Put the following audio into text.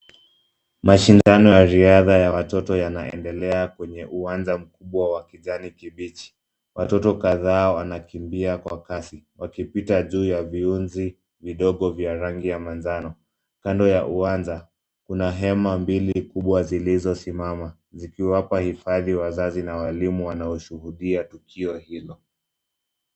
Mashindano ya riadha ya watoto yanaendelea kwenye uwanja mkubwa wa kijani kibichi. Watoto kadhaa wanakimbia kwa kasi, wakipita juu ya viunzi vidogo vya rangi ya manjano. Kando ya uwanja kuna hema mbili kubwa zilizosimama zikiwapa hifadhi wazazi na walimu wanaoshuhudia tukio hilo.